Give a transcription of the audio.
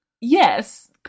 Yes